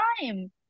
time